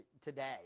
today